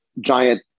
giant